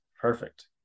perfect